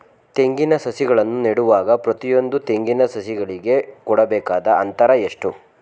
ತೆಂಗಿನ ಸಸಿಗಳನ್ನು ನೆಡುವಾಗ ಪ್ರತಿಯೊಂದು ತೆಂಗಿನ ಸಸಿಗಳಿಗೆ ಕೊಡಬೇಕಾದ ಅಂತರ ಎಷ್ಟು?